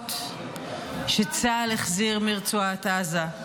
גופות שצה"ל החזיר מרצועת עזה: